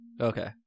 Okay